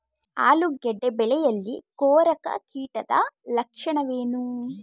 ಆಲೂಗೆಡ್ಡೆ ಬೆಳೆಯಲ್ಲಿ ಕೊರಕ ಕೀಟದ ಲಕ್ಷಣವೇನು?